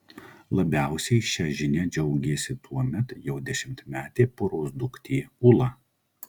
labiausiai šia žinia džiaugėsi tuomet jau dešimtmetė poros duktė ula